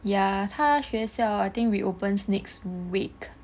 ya 她学校 I think reopens next week